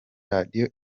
radio